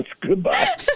Goodbye